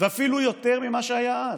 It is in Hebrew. ואפילו יותר ממה שהיה אז.